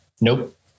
nope